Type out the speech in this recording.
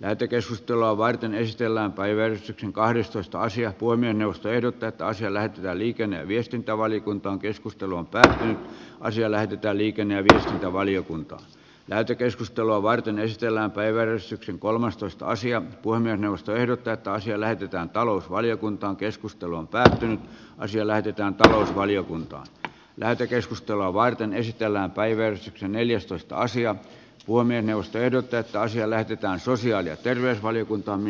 lähetekeskustelua varten eristellään päivän kahdestoista asia kuin ennusteiden tekoa sillä että liikenne ja viestintävaliokuntaan keskustelun pääsevän asia lähetetään liikenne tahto valiokunta lähetekeskustelua varten eristellään päivän syksyn kolmastoista sija puneen ostoehdot jotta asia lähetetään talousvaliokuntaankeskustelu on päätetty asia lähetetään talousvaliokuntaan lähetekeskustelua varten esitellään päiväys neljästoista sijan tuoneen jos tiedot että asia lähetetään sosiaali ja terveysvaliokuntaan